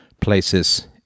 places